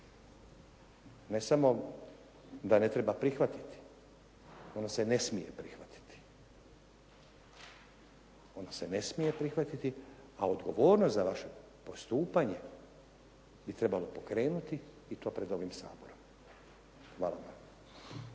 ne samo da ne treba prihvatiti nego se ne smije prihvatiti. Ono se ne smije prihvatiti, a odgovornost za vaše postupanje bi trebalo pokrenuti i to pred ovim Saborom. Hvala.